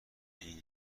این